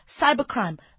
cybercrime